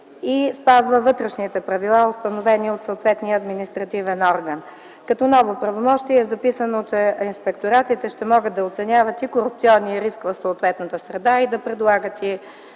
и спазва вътрешните правила, установени от съответния административен орган. Като ново правомощие е записано, че инспекторатите ще могат да оценяват и корупционния риск в съответната среда и да предлагат